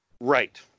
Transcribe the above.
Right